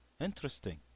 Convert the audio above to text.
Interesting